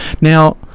now